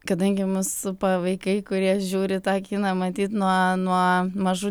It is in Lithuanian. kadangi mus supa vaikai kurie žiūri tą kiną matyt nuo nuo mažų